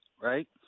right